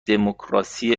دموکراسی